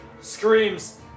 screams